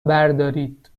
بردارید